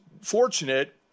fortunate